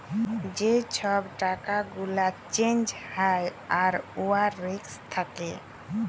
যে ছব টাকা গুলা চ্যাঞ্জ হ্যয় আর উয়ার রিস্ক থ্যাকে